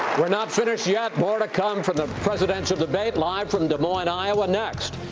we're not finished yet. more to come from the presidential debate, live from des moines, iowa, next.